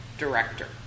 Director